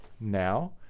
now